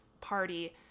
party